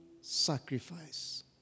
sacrifice